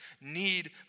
need